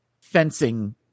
fencing